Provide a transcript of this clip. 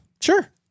Sure